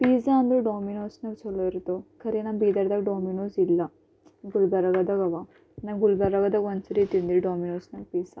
pizza ಅಂದರು ಡೊಮಿನೋಸ್ನಾಗ ಛಲೋ ಇರ್ತವು ಖರೇನ ಬೀದರ್ದಾಗ ಡೊಮಿನೋಸ್ ಇಲ್ಲ ಗುಲ್ಬರ್ಗದಾಗವ ನಾನು ಗುಲ್ಬರ್ಗದಾಗ ಒಂದು ಸರಿ ತಿಂದಿದ್ದು ಡೊಮಿನೋಸ್ನಲ್ಲಿ ಪಿಝಾ